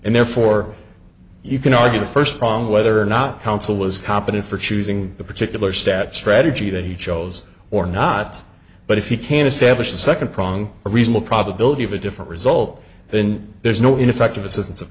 and therefore you can argue the first prong whether or not counsel was competent for choosing the particular stat strategy that he chose or not but if you can establish the second prong a reasonable probability of a different result then there's no ineffective